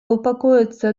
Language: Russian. упокоится